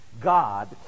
God